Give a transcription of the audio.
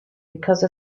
because